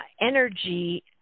energy